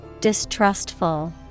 Distrustful